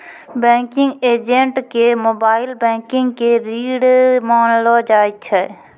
banking एजेंटो के mobile banking के रीढ़ मानलो जाय छै